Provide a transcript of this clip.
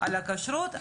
על הכשרות.